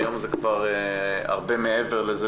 היום זה כבר הרבה מעבר לזה,